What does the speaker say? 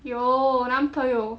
有男朋友